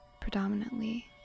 predominantly